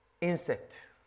insect